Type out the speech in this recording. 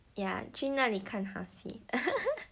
yeah 去那里看好戏